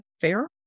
fair